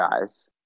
guys